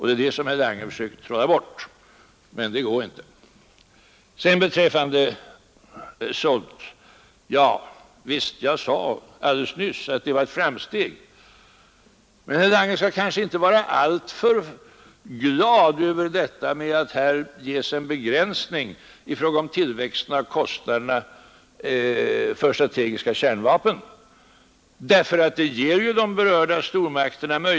Det är detta herr Lange försöker trolla bort, men det går inte. Beträffande SALT-förhandlingarna sade jag alldeles nyss att de innebär ett framsteg. Men herr Lange skall kanske inte vara alltför glad över att här ges en begränsning i fråga om tillväxten av kostnaderna för strategiska kärnvapen.